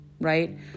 Right